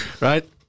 Right